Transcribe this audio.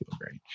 great